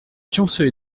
pionceux